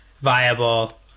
viable